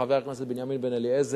חבר הכנסת בנימין בן-אליעזר,